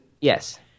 Yes